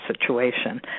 situation